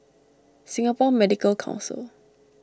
Singapore Medical Council